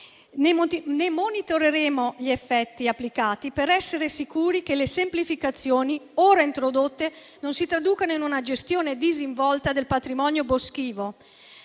ne monitoreremo gli effetti applicati per essere sicuri che le semplificazioni ora introdotte non si traducano in una gestione disinvolta del patrimonio boschivo,